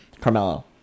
Carmelo